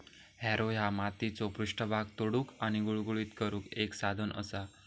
Harrow ह्या मातीचो पृष्ठभाग तोडुक आणि गुळगुळीत करुक एक साधन असा